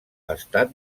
estat